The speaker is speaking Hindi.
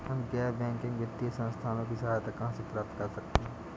हम गैर बैंकिंग वित्तीय संस्थानों की सहायता कहाँ से प्राप्त कर सकते हैं?